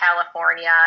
California